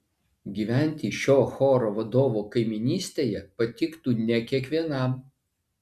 gyventi šio choro vadovo kaimynystėje patiktų ne kiekvienam